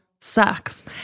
sucks